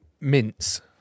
mints